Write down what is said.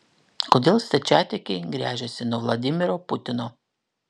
kodėl stačiatikiai gręžiasi nuo vladimiro putino